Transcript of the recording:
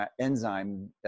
enzyme